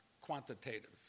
quantitative